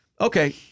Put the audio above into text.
Okay